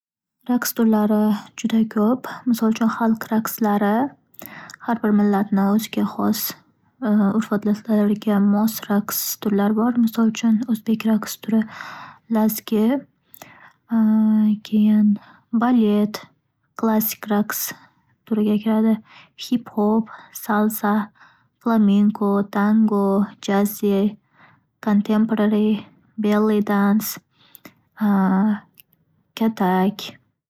Raqs turlari juda ko'p. Misol uchun xalq raqslari. Har bir millatni o'ziga xos urf-odatlariga mos raqs turlari bor. Misol uchun: o'zbek raqs turi: lazgi. Keyin balet- klassik raqs turiga kiradi. Hip-Hop, Salsa, Flamingo, Tango, Janze, Kontemporari, Belli dans, katak.